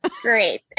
Great